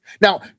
Now